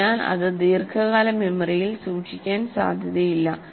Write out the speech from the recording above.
അതിനാൽ ഇത് ദീർഘകാല മെമ്മറിയിൽ സൂക്ഷിക്കാൻ സാധ്യതയില്ല